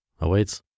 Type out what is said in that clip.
awaits